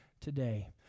today